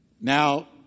Now